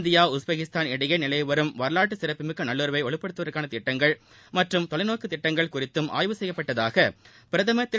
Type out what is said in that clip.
India Uzbekistan இடையே நிலவி வரும் வரவாற்று சிறப்புமிக்க நல்லுறவை வலுப்படுத்துவதற்கான திட்டங்கள் மற்றும் தொலைநோக்கு திட்டங்கள் குறித்தும் ஆய்வு செய்யப்பட்டதாக பிரதமர் திரு